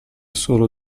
solo